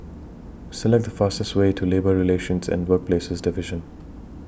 Select The fastest Way to Labour Relations and Workplaces Division